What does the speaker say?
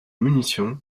munitions